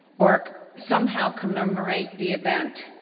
or somehow commemorate the event,